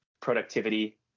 productivity